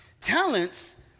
Talents